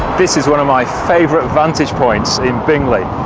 this is one of my favorite vantage points in bingley,